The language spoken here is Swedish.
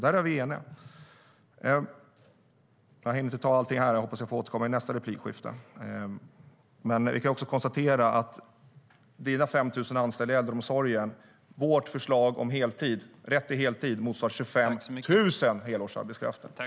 Där är vi eniga. Du vill ha 5 000 fler anställda i äldreomsorgen, men vårt förslag om rätt till heltid motsvarar 25 000 helårsarbetskrafter.